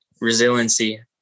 resiliency